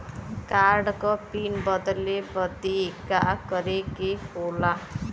Card क pin बदले बदी का करे के होला?